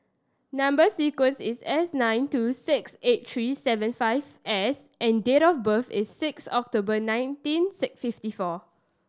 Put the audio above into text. number sequence is S nine two six eight three seven five S and date of birth is six October nineteen fifty four